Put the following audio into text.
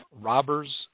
robbers